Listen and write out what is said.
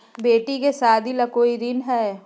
बेटी के सादी ला कोई ऋण हई?